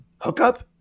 hookup